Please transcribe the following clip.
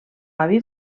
avi